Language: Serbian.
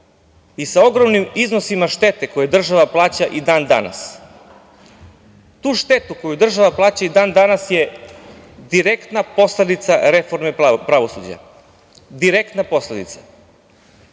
i sa ogromnim iznosima štete koje država plaća i dan-danas. Ta šteta koju država plaća i dan-danas je direktna posledica reforme pravosuđa, direktna posledica. Spremio